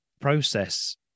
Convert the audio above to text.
process